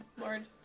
Lord